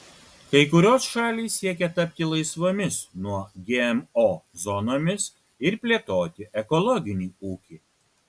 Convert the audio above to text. kai kurios šalys siekia tapti laisvomis nuo gmo zonomis ir plėtoti ekologinį ūkį